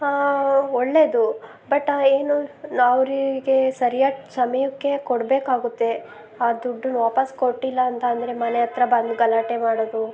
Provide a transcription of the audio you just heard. ಒಳ್ಳೆಯದು ಬಟ್ ಏನು ನ್ ಅವರಿಗೆ ಸರಿಯಾದ ಸಮಯಕ್ಕೆ ಕೊಡಬೇಕಾಗುತ್ತೆ ಆ ದುಡ್ದನ್ನ ವಾಪಸ್ ಕೊಟ್ಟಿಲ್ಲ ಅಂತ ಅಂದರೆ ಮನೆ ಹತ್ರ ಬಂದು ಗಲಾಟೆ ಮಾಡೋದು